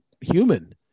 human